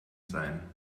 sein